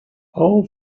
all